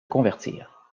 convertir